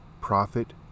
profit